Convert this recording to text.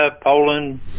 Poland